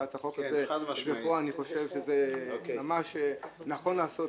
זה נכון לעשות,